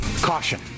Caution